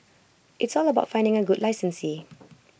it's all about finding A good licensee